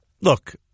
look